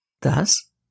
Thus